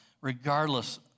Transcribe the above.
regardless